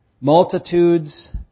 Multitudes